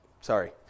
Sorry